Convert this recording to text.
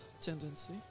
tendency